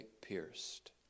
pierced